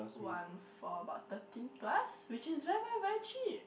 one for about thirteen plus which is very very very cheap